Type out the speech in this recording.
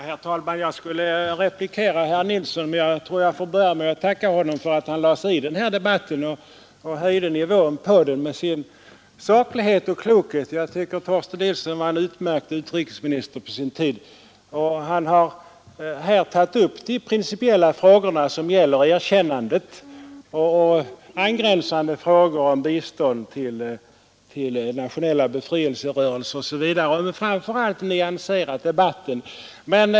Herr talman! Jag skulle replikera herr Nilsson i Stockholm, men jag vill börja med att tacka honom för att han gick in i denna debatt och höjde dess nivå genom saklighet och klokhet. Jag tycker att Torsten Nilsson var en utmärkt utrikesminister på sin tid. Han har här tagit upp de principiella frågorna om erkännandet och angränsande spörsmål om nyanserat debatten.